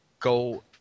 Go